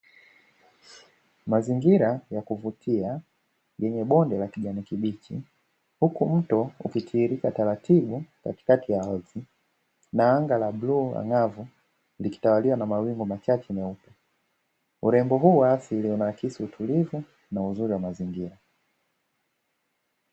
Mazingira ya kuvutia yenye bonde la kijani kibichi, huku mto ukitiririka taratibu katikati ya ardhi, na anga la bluu ang'avu likitawaliwa na mawingu machache meupe. Urembo huu wa asili unaakisi utulivu, na uzuri wa mazingira.